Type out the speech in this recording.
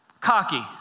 cocky